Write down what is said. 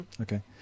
Okay